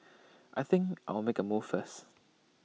I think I'll make A move first